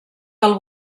del